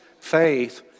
faith